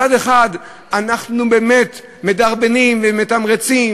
מצד אחד אנחנו באמת מדרבנים ומתמרצים,